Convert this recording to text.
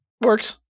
Works